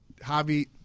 Javi